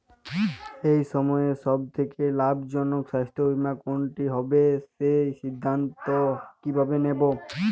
এই সময়ের সব থেকে লাভজনক স্বাস্থ্য বীমা কোনটি হবে সেই সিদ্ধান্ত কীভাবে নেব?